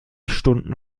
stunden